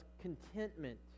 contentment